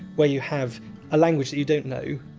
where you have a language you don't know,